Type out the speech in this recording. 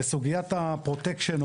לסוגיית הפרוטקשן.